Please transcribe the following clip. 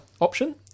option